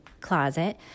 closet